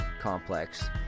complex